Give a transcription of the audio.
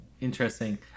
Interesting